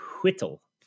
whittle